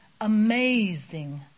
amazing